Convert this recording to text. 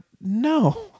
No